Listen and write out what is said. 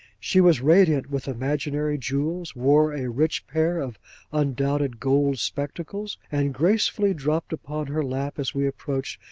she was radiant with imaginary jewels wore a rich pair of undoubted gold spectacles and gracefully dropped upon her lap, as we approached,